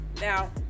Now